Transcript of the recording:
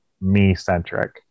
me-centric